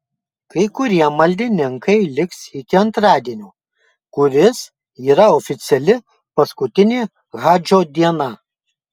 kai kurie maldininkai liks iki antradienio kuris yra oficiali paskutinė hadžo diena